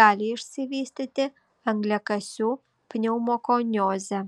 gali išsivystyti angliakasių pneumokoniozė